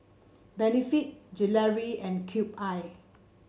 Benefit Gelare and Cube I